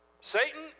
Satan